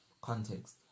context